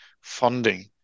funding